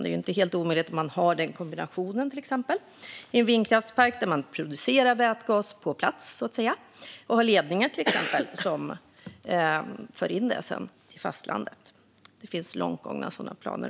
Det är till exempel inte omöjligt att göra sådana kombinationer i en vindkraftspark att man producerar vätgas på plats och har ledningar som för in den till fastlandet. Det finns långt gångna sådana planer.